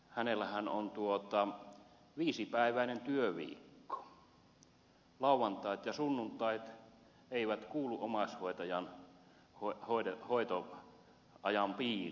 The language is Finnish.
omaishoitajallahan on viisipäiväinen työviikko lauantait ja sunnuntait eivät kuulu omaishoitajan hoitoajan piiriin